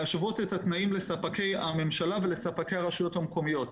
צריך להשוות את התנאים לספקי הממשלה ולספקי הרשויות המקומיות.